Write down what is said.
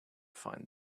find